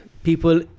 People